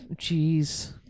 Jeez